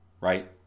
right